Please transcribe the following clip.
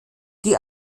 die